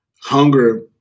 Hunger